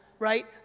right